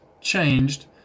changed